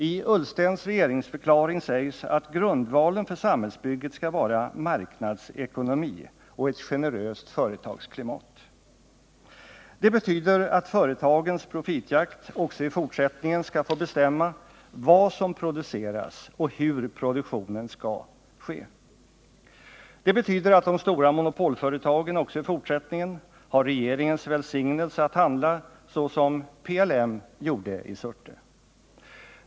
I Ullstens regeringsförklaring sägs att grundvalen för samhällsbygget skall vara marknadsekonomi och ett generöst företagsklimat. Det betyder att företagens profitjakt också i fortsättningen skall få bestämma vad som produceras och var produktionen skall ske. Det betyder att de stora monopolföretagen också i fortsättningen har regeringens välsignelse att handla så som t.ex. PLM gjorde i Surte.